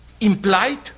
implied